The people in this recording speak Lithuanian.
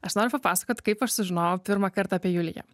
aš noriu papasakot kaip aš sužinojau pirmą kartą apie juliją